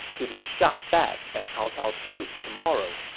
to be shot back at cao cao's troops tomorrow.